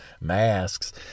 masks